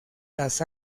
las